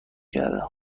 گردم